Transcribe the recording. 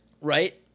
Right